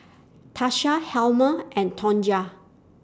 Tasha Helma and Tonja